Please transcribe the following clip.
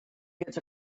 gets